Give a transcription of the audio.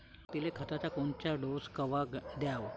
पऱ्हाटीले खताचा कोनचा डोस कवा द्याव?